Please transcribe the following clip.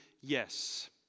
Yes